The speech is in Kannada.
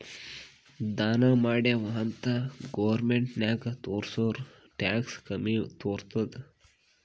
ದಾನಾ ಮಾಡಿವ್ ಅಂತ್ ಗೌರ್ಮೆಂಟ್ಗ ತೋರ್ಸುರ್ ಟ್ಯಾಕ್ಸ್ ಕಮ್ಮಿ ತೊತ್ತುದ್